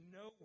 no